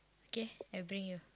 okay I bring you